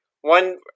one